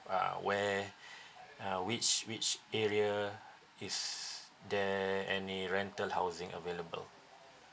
uh where uh which which area is there any rental housing available